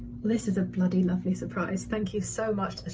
this is a lovely lovely surprise. thank you so much,